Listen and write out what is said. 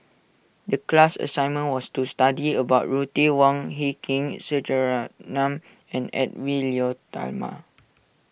the class assignment was to study about Ruth Wong Hie King S Rajaratnam and Edwy Lyonet Talma